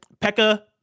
Pekka